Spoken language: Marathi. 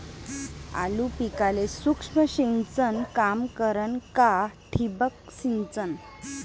आलू पिकाले सूक्ष्म सिंचन काम करन का ठिबक सिंचन?